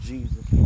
Jesus